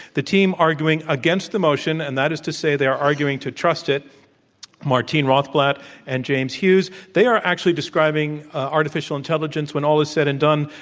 the team arguing against the motion and that is to say, they are arguing to trust it martine roth blatt and james hughes they are actually describing artificial intelligence, when all is said and done,